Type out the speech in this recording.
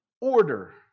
Order